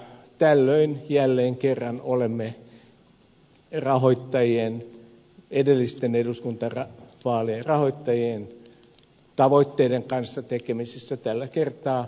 tällöin jälleen kerran olemme edellisten eduskuntavaalien rahoittajien tavoitteiden kanssa tekemisissä tällä kertaa esimerkiksi ed